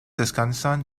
descansan